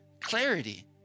clarity